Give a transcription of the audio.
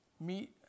meet